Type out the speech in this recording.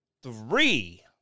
Three